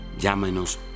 llámenos